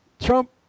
Trump